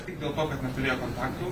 tik dėl to kad neturėjo kontaktų